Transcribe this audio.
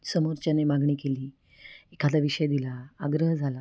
समोरच्याने मागणी केली एखादा विषय दिला आग्रह झाला